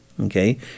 Okay